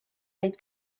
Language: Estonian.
olid